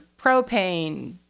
propane